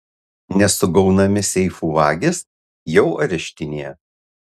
nesugaunami seifų vagys jau areštinėje